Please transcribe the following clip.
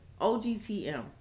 OGTM